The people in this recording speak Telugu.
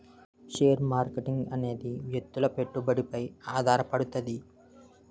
షేర్ మార్కెటింగ్ అనేది వ్యక్తుల పెట్టుబడిపై ఆధారపడుతది